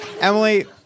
Emily